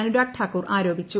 അനുരാഗ് ഠാക്കൂർ ആരോപിച്ചു